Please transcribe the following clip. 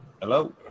Hello